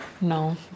No